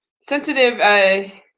sensitive